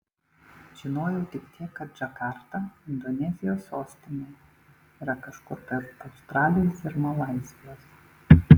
žinojau tik tiek kad džakarta indonezijos sostinė yra kažkur tarp australijos ir malaizijos